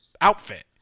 outfit